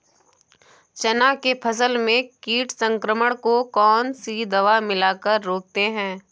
चना के फसल में कीट संक्रमण को कौन सी दवा मिला कर रोकते हैं?